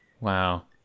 Wow